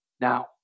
now